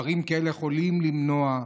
דברים כאלה יכולים למנוע.